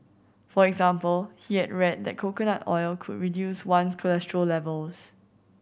for example he had read that coconut oil could reduce one's cholesterol levels